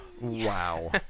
Wow